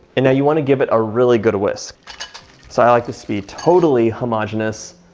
and now you wanna give it a really good whisk. so i like to be totally homogenous.